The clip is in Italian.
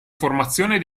formazione